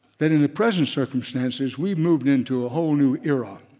that in the present circumstances, we've moved into a whole new era